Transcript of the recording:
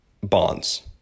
bonds